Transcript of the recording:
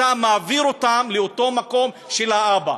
אתה מעביר אותם לאותו מקום של האבא.